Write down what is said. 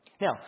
Now